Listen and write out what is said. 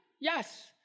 yes